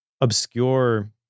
obscure